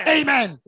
Amen